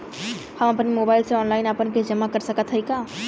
हम अपने मोबाइल से ऑनलाइन आपन किस्त जमा कर सकत हई का?